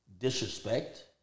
disrespect